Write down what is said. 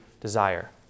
desire